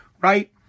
right